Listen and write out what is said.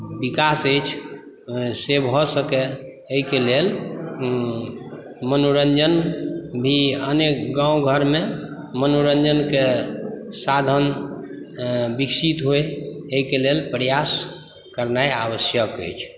विकास अछि से भऽ सकए एहिके लेल मनोरञ्जन भी अन्य गाँव घरमे मनोरञ्जनकेँ साधन विकसित होए एहिके लेल प्रयास करनाइ आवश्यक अछि